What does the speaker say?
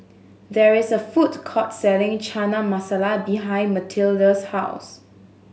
there is a food court selling Chana Masala behind Mathilde's house